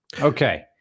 Okay